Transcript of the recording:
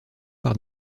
par